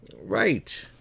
right